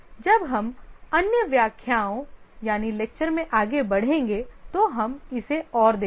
जब हम अन्य व्याख्यानों में आगे बढ़ेंगे तो हम इसे और देखेंगे